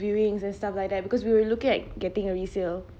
viewings and stuff like that because we were looking at getting a resale